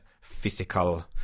physical